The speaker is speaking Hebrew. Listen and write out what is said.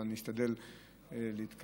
ואני אשתדל להתכנס